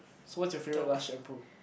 so what's your favourite Lush shampoo